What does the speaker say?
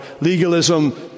legalism